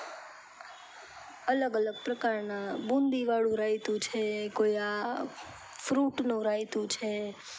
અલગ અલગ પ્રકારના બુંદીવાળું રાયતું છે કોઈ આ ફ્રૂટનું રાયતું છે